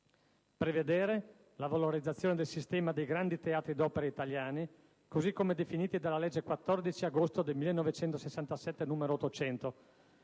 prevedere la valorizzazione del sistema dei grandi teatri d'opera italiani, così come definiti dalla legge 14 agosto 1967, n. 800,